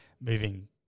moving